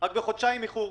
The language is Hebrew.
רק בחודשיים איחור.